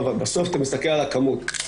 בסוף אתה מסתכל על הכמות.